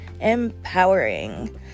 Empowering